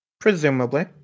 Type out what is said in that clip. Presumably